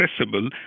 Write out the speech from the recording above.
accessible